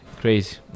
crazy